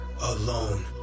alone